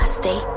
stay